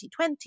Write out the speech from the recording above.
2020